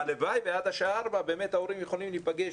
הלוואי ועד השעה 4:00 באמת ההורים יכולים להיפגש